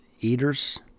eaters